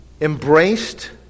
embraced